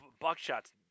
buckshot's